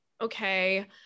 Okay